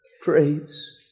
Praise